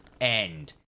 end